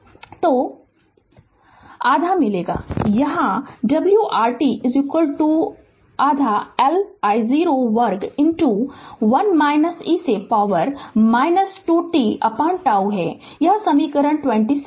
Refer Slide Time 1232 आधा मिलेगा यहाँ ω R t आधा L I0 वर्ग 1 e से पॉवर 2 t τ यह है समीकरण 27